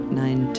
nine